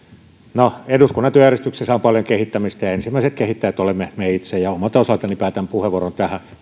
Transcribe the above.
no eduskunnan työjärjestyksessä on paljon kehittämistä ja ensimmäiset kehittäjät olemme me itse omalta osaltani päätän puheenvuoron tähän